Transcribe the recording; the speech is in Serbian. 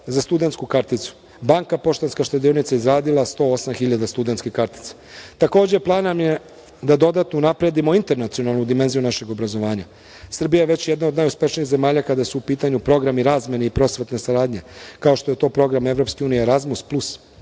za studentsku karticu. Banka Poštanska štedionica je izradila 108.000 studentskih kartica. Takođe, plan nam je da dodatno unapredimo internacionalnu dimenziju našeg obrazovanja. Srbija je već jedna od najuspešnijih zemalja kada su u pitanju programi razmene i prosvetne saradnje, kao što je to program EU „Erasmus plus“